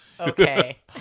Okay